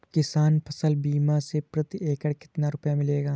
किसान फसल बीमा से प्रति एकड़ कितना रुपया मिलेगा?